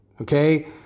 Okay